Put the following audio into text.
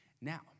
Now